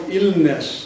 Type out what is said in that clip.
Illness